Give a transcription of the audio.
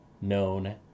known